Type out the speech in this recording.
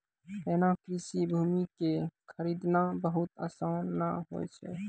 होना कृषि भूमि कॅ खरीदना बहुत आसान नाय होय छै